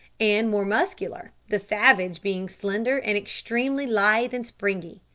and more muscular, the savage being slender and extremely lithe and springy.